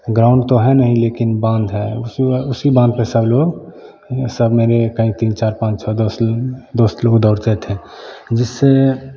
ground तो है नहीं लेकिन बाँध है उसी बाँध पर सब लोग सब मेरे कई तीन चार पाँच छः दोस्त दोस्त लोग दौड़ते थे जिससे